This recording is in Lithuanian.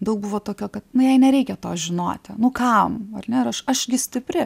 daug buvo tokio kad jai nereikia to žinoti nu kam ar ne aš gi stipri